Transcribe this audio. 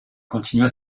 continua